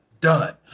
Done